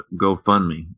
GoFundMe